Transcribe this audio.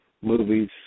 movies